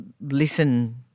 listen